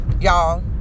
Y'all